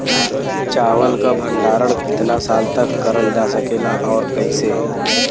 चावल क भण्डारण कितना साल तक करल जा सकेला और कइसे?